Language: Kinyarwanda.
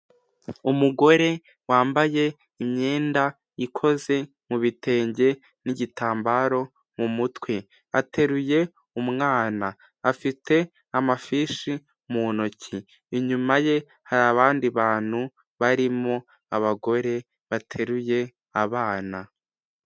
Umugore wambaye imyenda ikoze mu bitenge n'igitambaro mu mutwe. Ateruye umwana. Afite amafishi mu ntoki. Inyuma ye hari abandi bantu barimo abagore bateruye abana.